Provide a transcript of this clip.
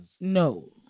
No